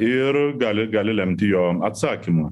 ir gali gali lemti jo atsakymą